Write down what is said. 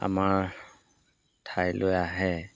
আমাৰ ঠাইলৈ আহে